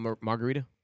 Margarita